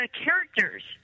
characters